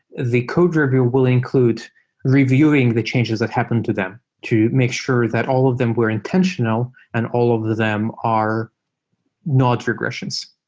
the code review will include reviewing the changes that happen to them to make sure that all of them were intentional and all of them are not regressions.